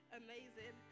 amazing